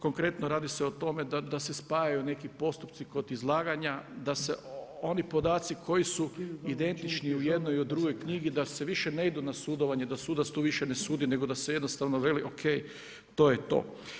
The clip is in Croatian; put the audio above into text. Konkretno radi se o tome da se spajaju neki postupci kod izlaganja, da se oni podaci koji su identični u jednoj i u drugoj knjizi da se više ne idu na sudovanje, da sudac tu više ne sudi nego da se jednostavno veli OK to je to.